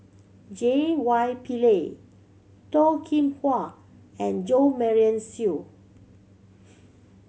J Y Pillay Toh Kim Hwa and Jo Marion Seow